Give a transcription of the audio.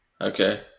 Okay